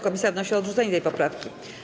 Komisja wnosi o odrzucenie tej poprawki.